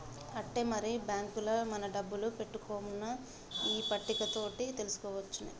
ఆట్టే మరి బాంకుల మన డబ్బులు పెట్టుకోవన్నో ఈ పట్టిక తోటి తెలుసుకోవచ్చునే